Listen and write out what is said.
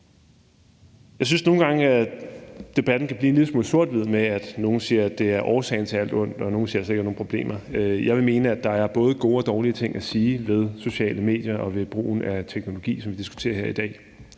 Jeg synes nogle gange, at debatten kan blive en lille smule sort-hvid, hvor nogle siger, at det er årsagen til alt ondt, og nogle siger, at der slet ikke er nogen problemer. Jeg vil mene, at der både er gode og dårlige ting at sige om sociale medier og brugen af teknologi, som vi diskuterer her i dag